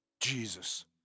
Jesus